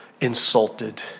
insulted